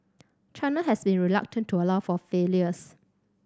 China has been reluctant to allow for failures